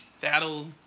that'll